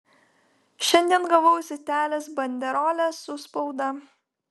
šiandien gavau zitelės banderolę su spauda